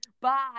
Bye